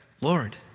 Lord